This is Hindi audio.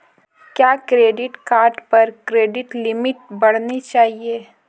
क्या क्रेडिट कार्ड पर क्रेडिट लिमिट बढ़ानी चाहिए?